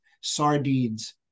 sardines